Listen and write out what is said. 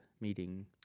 meeting